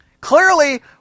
Clearly